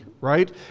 right